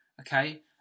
okay